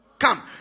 come